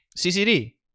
CCD